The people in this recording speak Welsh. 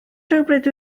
rhywbryd